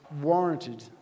warranted